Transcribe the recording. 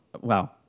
wow